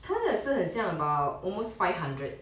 他的是很像 about almost five hundred